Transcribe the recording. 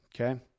Okay